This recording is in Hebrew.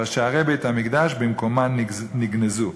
אבל שערי בית-המקדש במקומם נגנזו.